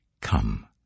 come